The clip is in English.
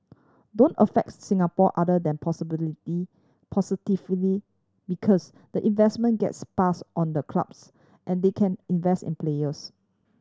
don't affects Singapore other than possibility positively because the investment gets passed on the clubs and they can invest in players